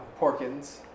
Porkins